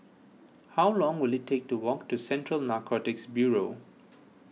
how long will it take to walk to Central Narcotics Bureau